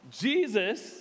Jesus